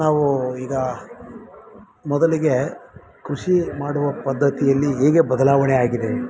ನಾವು ಈಗ ಮೊದಲಿಗೆ ಕೃಷಿ ಮಾಡುವ ಪದ್ದತಿಯಲ್ಲಿ ಹೇಗೆ ಬದಲಾವಣೆ ಆಗಿದೆ